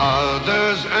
others